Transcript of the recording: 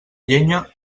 llenya